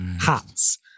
hats